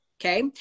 Okay